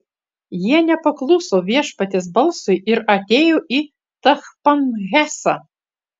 jie nepakluso viešpaties balsui ir atėjo į tachpanhesą